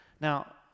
now